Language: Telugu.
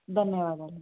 ధన్యవాదాలు